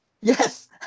Yes